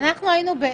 להעריך.